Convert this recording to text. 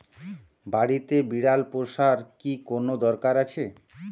বাড়িতে বিড়াল পোষার কি কোন দরকার আছে?